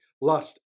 lust